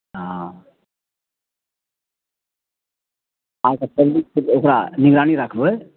हँ ओकरा निगरानी राखबै